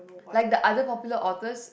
like the other popular authors